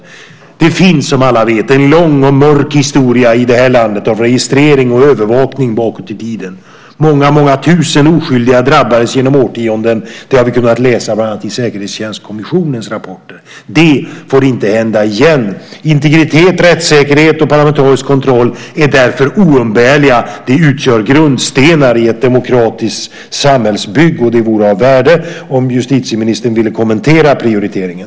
Det finns, som alla vet, en lång och mörk historia i det här landet av registrering och övervakning. Många tusen oskyldiga drabbades genom årtionden. Det har vi kunnat läsa bland annat i Säkerhetstjänstkommissionens rapporter. Det får inte hända igen. Integritet, rättssäkerhet och parlamentarisk kontroll är oumbärliga. De utgör grundstenar i ett demokratiskt samhällsbygge. Det vore av värde om justitieministern ville kommentera prioriteringen.